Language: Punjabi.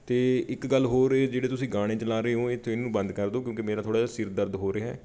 ਅਤੇ ਇੱਕ ਗੱਲ ਹੋਰ ਹੈ ਜਿਹੜੇ ਤੁਸੀਂ ਗਾਣੇ ਚਲਾ ਰਹੇ ਹੋ ਅਤੇ ਇਹਨੂੰ ਬੰਦ ਕਰ ਦਿਉ ਕਿਉਂਕਿ ਮੇਰਾ ਥੋੜ੍ਹਾ ਜਿਹਾ ਸਿਰ ਦਰਦ ਹੋ ਰਿਹਾ